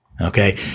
Okay